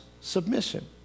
submission